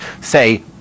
say